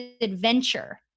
adventure